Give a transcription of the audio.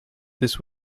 this